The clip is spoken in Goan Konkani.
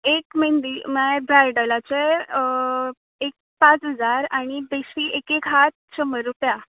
एक मेंदी म्हळ्यार ब्रायडलाचे एक पांच हजार आनी बेश्टी एक एक हात शंबर रुपया